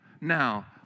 Now